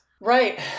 Right